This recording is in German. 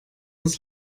uns